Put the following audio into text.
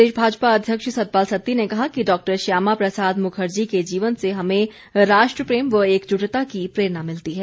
प्रदेश भाजपा अध्यक्ष सतपाल सत्ती ने कहा कि डॉ श्यामा प्रसाद मुखर्जी के जीवन से हमें राष्ट्र प्रेम व एकजुटता की प्रेरणा मिलती है